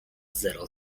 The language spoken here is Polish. zero